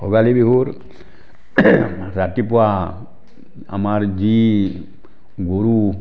ভোগালী বিহুত ৰাতিপুৱা আমাৰ যি গৰু